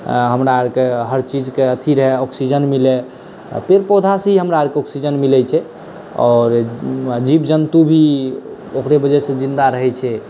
हमरा आरकेँ हर चीजके अथी रहय ऑक्सीजन मिलए आ पेड़ पौधा से ही हमरा आरकेँ ऑक्सीजन मिलैत छै आओर जीव जन्तु भी ओकरे वजहसँ जिन्दा रहैत छै